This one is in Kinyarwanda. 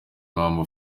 impamvu